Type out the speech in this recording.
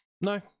no